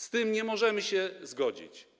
Z tym nie możemy się zgodzić.